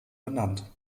benannt